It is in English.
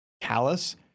Callus